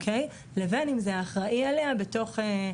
לבין אם זה האחראי עליה בתוך בית החולים.